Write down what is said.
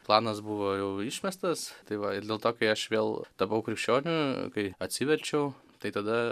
planas buvo jau išmestas tai va ir dėl to kai aš vėl tapau krikščioniu kai atsiverčiau tai tada